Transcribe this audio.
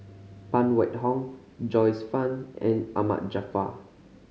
Phan Wait Hong Joyce Fan and Ahmad Jaafar